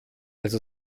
also